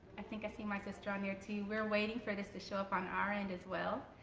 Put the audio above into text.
i think i see my sister on there too. we're waiting for this to show up on our end as well.